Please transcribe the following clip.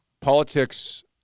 politics